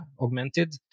augmented